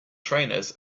trainers